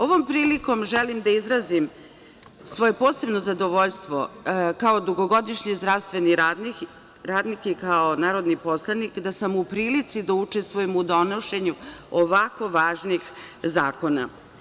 Ovom prilikom želim da izrazim svoje posebno zadovoljstvo kao dugogodišnji zdravstveni radnik i kao narodni poslanik da sam u prilici da učestvujem u donošenju ovako važnih zakona.